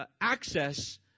access